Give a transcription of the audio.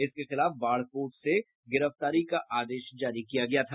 इसके खिलाफ बाढ़ कोर्ट से गिरफ्तारी का आदेश जारी किया गया था